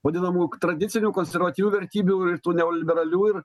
vadinamųjų tradicinių konservatyvių vertybių ir tų neoliberalių ir